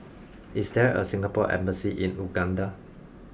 is there a Singapore embassy in Uganda